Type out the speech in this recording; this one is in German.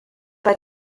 bei